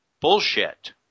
bullshit